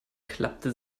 klappte